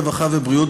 הרווחה והבריאות,